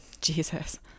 jesus